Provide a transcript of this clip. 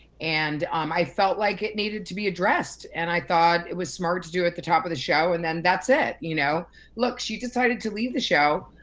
and um i felt like it needed to be addressed. and i thought it was smart to do at the top of the show and then, that's it. you know look, she decided to leave the show.